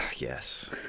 Yes